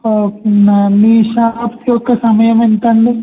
ఓకేనా మీ షాప్స్ యొక్క సమయం ఎంత అండి